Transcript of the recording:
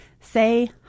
say